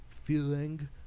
feeling